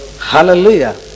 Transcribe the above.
Hallelujah